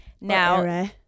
Now